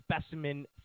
specimen